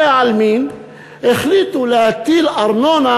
החליטו להטיל ארנונה